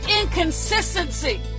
inconsistency